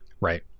right